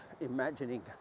imagining